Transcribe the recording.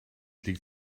liegt